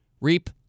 reap